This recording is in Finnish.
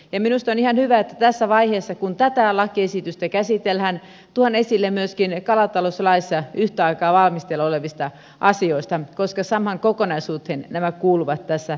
minusta on ihan hyvä että tässä vaiheessa kun tätä lakiesitystä käsitellään tuodaan esille myöskin kalatalouslaissa yhtä aikaa valmisteilla olevia asioita koska samaan kokonaisuuteen nämä kuuluvat tässä yhteydessä